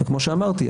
וכמו שאמרתי,